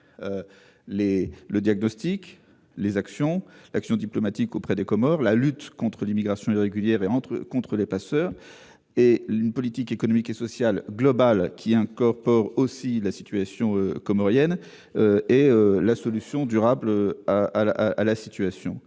le partage ici. Une action diplomatique auprès des Comores, la lutte contre l'immigration irrégulière et contre les passeurs, une politique économique et sociale globale, qui incorpore aussi la situation comorienne : voilà la solution durable à cette situation